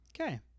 okay